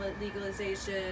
legalization